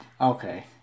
okay